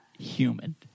human